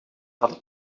had